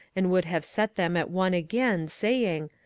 and would have set them at one again, saying,